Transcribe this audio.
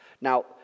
Now